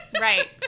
Right